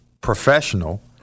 professional